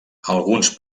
alguns